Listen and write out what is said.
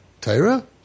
Tyra